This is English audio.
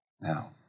Now